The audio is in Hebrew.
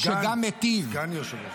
שגם מיטיב --- סגן יושב-ראש.